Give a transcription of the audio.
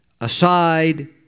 aside